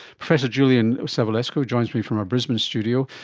professor julian savulescu joins me from our brisbane studio.